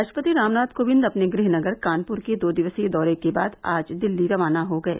राष्ट्रपति रामनाथ कोविंद अपने गृहनगर कानपुर के दो दिवसीय दौरे के बाद आज दिल्ली रवाना हो गये